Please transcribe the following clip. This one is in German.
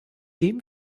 dem